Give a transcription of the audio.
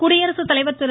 குடியரசுத்தலைவர் திரு